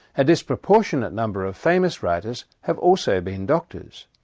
a disproportionate number of famous writers have also been doctors.